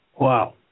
Wow